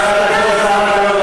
חברת הכנסת זהבה גלאון,